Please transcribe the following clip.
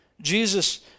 Jesus